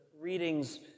readings